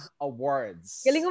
awards